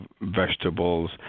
vegetables